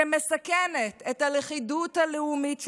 שמסכנת את הלכידות הלאומית שלנו,